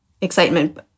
excitement